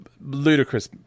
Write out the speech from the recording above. ludicrous